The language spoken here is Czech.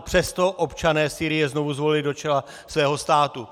Přesto občané Sýrie znovu zvolili do čela svého státu.